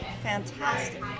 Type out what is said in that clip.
fantastic